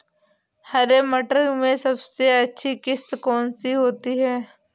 हरे मटर में सबसे अच्छी किश्त कौन सी होती है?